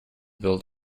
build